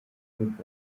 football